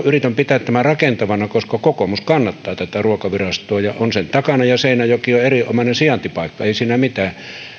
yritän pitää tämän puheenvuoron rakentavana koska kokoomus kannattaa tätä ruokavirastoa ja on sen takana ja seinäjoki on erinomainen sijaintipaikka ei siinä mitään